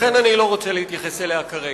לכן אני לא רוצה להתייחס אליה כרגע.